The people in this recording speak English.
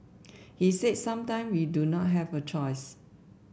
he said sometime we do not have a choice